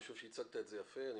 אני חושב שהצגת את זה יפה,